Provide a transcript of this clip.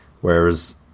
whereas